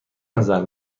نظر